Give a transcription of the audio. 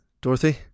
Dorothy